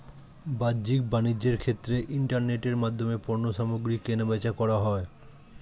বাহ্যিক বাণিজ্যের ক্ষেত্রে ইন্টারনেটের মাধ্যমে পণ্যসামগ্রী কেনাবেচা করা হয়